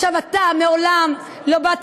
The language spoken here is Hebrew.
עכשיו, אתה מעולם לא באת